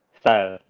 style